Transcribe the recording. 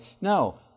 No